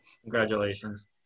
congratulations